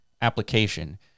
application